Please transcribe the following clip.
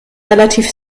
relativ